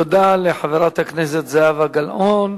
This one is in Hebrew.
תודה לחברת הכנסת זהבה גלאון.